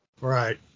Right